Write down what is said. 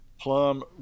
Plum